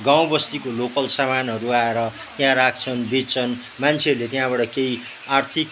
गाउँबस्तीको लोकल सामानहरू आएर त्यहाँ राख्छन् बेच्छन् मान्छेहरूले त्यहाँबाट केही आर्थिक